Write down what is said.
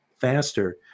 faster